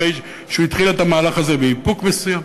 אחרי שהוא התחיל את המהלך הזה באיפוק מסוים.